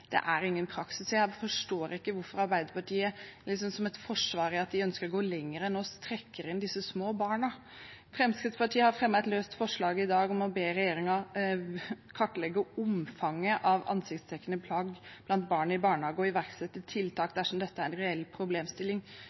det er ingen praksis. Jeg forstår ikke hvorfor Arbeiderpartiet, som et forsvar for at de ønsker å gå lenger enn oss, trekker inn disse små barna. Fremskrittspartiet har fremmet et løst forslag i dag om å be regjeringen kartlegge omfanget av ansiktsdekkende plagg på barn i barnehage og iverksette tiltak dersom dette er en problemstilling.